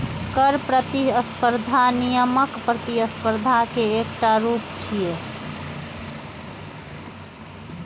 कर प्रतिस्पर्धा नियामक प्रतिस्पर्धा के एकटा रूप छियै